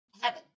heaven